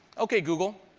ok google,